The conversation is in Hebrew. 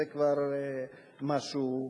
זה כבר משהו קשה.